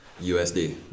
USD